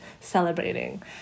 celebrating